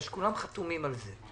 כי כולם חתומים על זה.